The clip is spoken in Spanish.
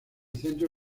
centro